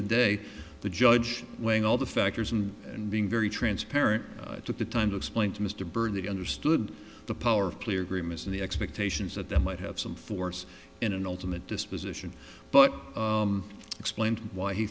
today the judge weighing all the factors and and being very transparent took the time to explain to mr byrd the understood the power of player agreements and the expectations that that might have some force in an ultimate disposition but explained why he